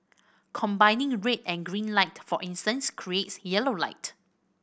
combining red and green light for instance creates yellow light